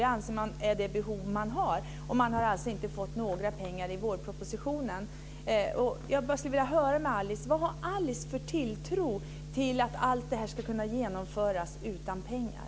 Det anser man vara det behov man har, och man har alltså inte fått några pengar i vårpropositionen. Jag skulle vilja höra: Vad har Alice Åström för tilltro till att allt detta ska kunna genomföras utan pengar?